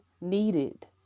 needed